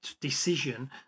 decision